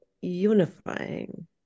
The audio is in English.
unifying